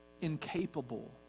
incapable